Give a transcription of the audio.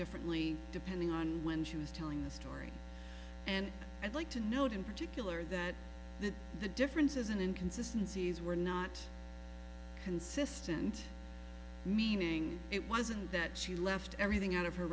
differently depending on when she was telling the story and i'd like to note in particular that the difference is an inconsistency these were not consistent meaning it wasn't that she left everything out of her